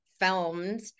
filmed